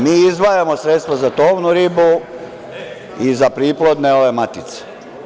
Mi izdvajamo sredstvo za tovnu ribu i za priplodne matice.